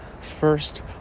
first